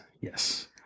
yes